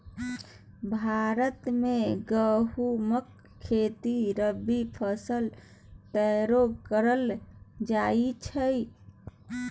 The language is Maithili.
भारत मे गहुमक खेती रबी फसैल तौरे करल जाइ छइ